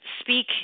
speak